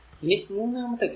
ഇനി മൂന്നാമത്തെ കേസ്